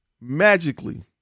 magically